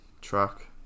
track